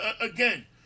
again